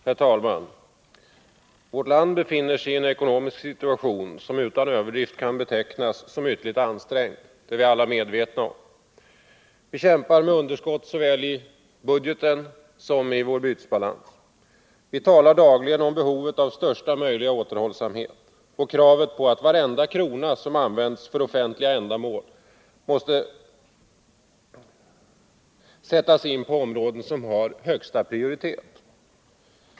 Herr talman! Vårt land befinner sig i en ekonomisk situation som utan överdrift kan betecknas som ytterligt ansträngd. Det är vi alla medvetna om. Vi kämpar med underskott såväl i budgeten som i vår bytesbalans. Vi talar dagligen om behovet av största möjliga återhållsamhet och om kravet att varenda krona som används för offentliga ändamål måste sättas in på områden som har högsta prioritet.